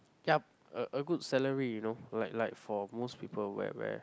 ya a a good salary you know like like for most people where where